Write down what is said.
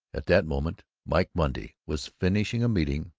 at that moment mike monday was finishing a meeting.